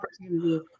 opportunity